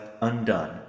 undone